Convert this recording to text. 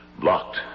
Blocked